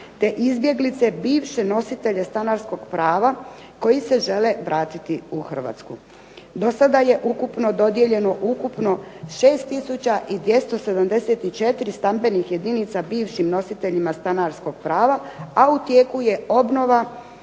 te izbjeglice bivše nositelje stanarskog prava koji se žele vratiti u Hrvatsku. Do sada je ukupno dodijeljeno ukupno 6 tisuća i 274 stambenih jedinica bivšim nositeljima stanarskog prava, a u tijeku je obnova